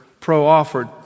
pro-offered